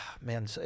man